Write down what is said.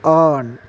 on